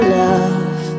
love